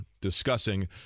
discussing